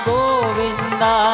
Govinda